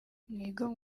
mwigomwe